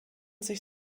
sich